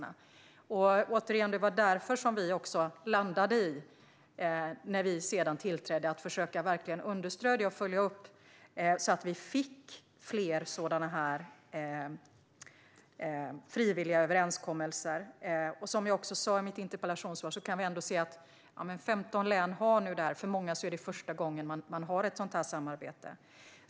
Det var, återigen, därför som vi när vi sedan tillträdde landade i att försöka understödja och följa upp så att vi skulle få fler sådana här frivilliga överenskommelser. Som jag sa i mitt interpellationssvar kan vi se att 15 län nu har detta; för många är det första gången som man har ett sådant samarbete.